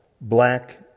black